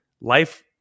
life